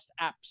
apps